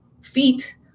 feet